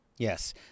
Yes